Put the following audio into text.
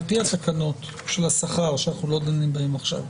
על פי תקנות השכר שאנחנו לא דנים בהן עכשיו,